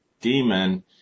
demon